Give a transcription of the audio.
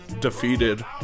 defeated